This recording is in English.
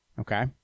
Okay